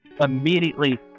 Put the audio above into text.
immediately